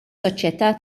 soċjetà